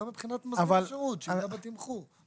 גם מבחינת מסלול שירות, שיהיה בתמחור.